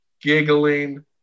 giggling